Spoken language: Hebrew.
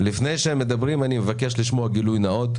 לפני שהם מדברים אני מבקש לשמוע גילוי נאות,